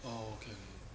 oh okay okay